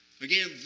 Again